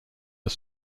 are